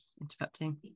interrupting